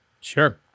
sure